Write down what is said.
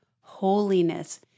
holiness